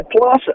plus